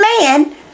man